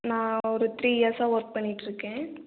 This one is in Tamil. நான் ஒரு த்ரீ இயர்ஸ்ஸாக ஒர்க் பண்ணிகிட்டுருக்கேன்